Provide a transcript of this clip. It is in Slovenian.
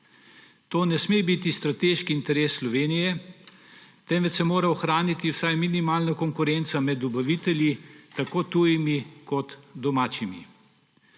To ne sme biti strateški interes Slovenije, temveč se mora ohraniti vsaj minimalna konkurenca med dobavitelji, tako tujimi kot domačimi.